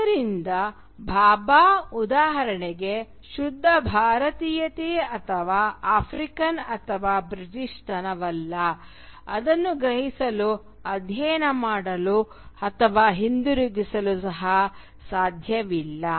ಆದ್ದರಿಂದ ಭಾಭಾಗೆ ಉದಾಹರಣೆಗೆ ಶುದ್ಧ ಭಾರತೀಯತೆ ಅಥವಾ ಆಫ್ರಿಕನ್ ಅಥವಾ ಬ್ರಿಟಿಷ್ತನವಿಲ್ಲ ಅದನ್ನು ಗ್ರಹಿಸಲು ಅಧ್ಯಯನ ಮಾಡಲು ಅಥವಾ ಹಿಂದಿರುಗಿಸಲು ಸಹ ಸಾಧ್ಯವಿಲ್ಲ